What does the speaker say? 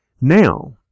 Now